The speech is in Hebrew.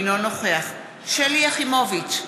אינו נוכח שלי יחימוביץ,